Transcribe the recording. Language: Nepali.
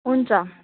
हुन्छ